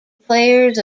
players